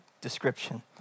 description